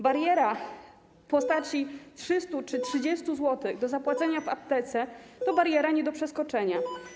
Bariera w postaci 300 czy 30 zł do zapłacenia w aptece to bariera nie do przeskoczenia.